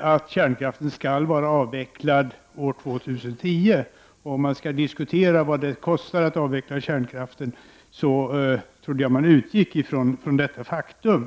att kärnkraften skulle vara avvecklad år 2010. När man diskuterar vad det kostar att avveckla kärnkraften har jag trott att man har utgått från detta faktum.